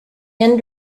end